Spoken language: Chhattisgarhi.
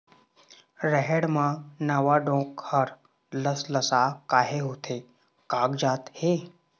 रहेड़ म नावा डोंक हर लसलसा काहे होथे कागजात हे?